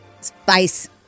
Spice